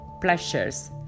pleasures